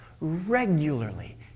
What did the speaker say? regularly